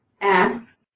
asks